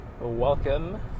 welcome